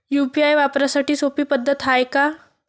UPI वापराची सोपी पद्धत हाय का?